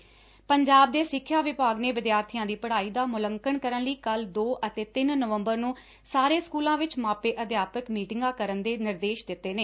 ਪੰਜਾਬ ਦੇ ਸਿੱਖਿਆ ਵਿਭਾਗ ਨੇ ਵਿਦਿਆਰਬੀਆਂ ਦੀ ਪੜ੍ਹਾਈ ਦਾ ਮੁਲੰਕਣ ਕਰਨ ਲਈ ਕੱਲ ਦੋ ਅਤੇ ਤਿੰਨ ਨਵੰਬਰ ਨੂੰ ਸਾਰੇ ਸਕੂਲਾਂ ਵਿਦ ਮਾਪੇ ਅਧਿਆਪਕ ਮੀਟਿੰਗਾਂ ਕਰਨ ਦੇ ਨਿਰਦੇਸ਼ ਦਿੱਤੇ ਨੇ